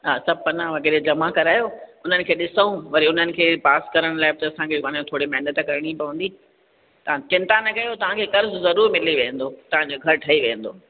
हा सभु पना वग़ैरह जमा करायो उन्हनि खे ॾिसूं वरी त उन्हनि खे पास करण लाइ बि त असांखे महिनत करणी पवंदी तव्हां चिंता न करियो तव्हांखे कर्ज़ु ज़रूरु मिली वेंदो तव्हांजो घरु ठही वेंदो